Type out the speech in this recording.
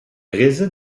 réside